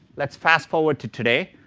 let's fast forward to today.